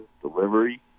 delivery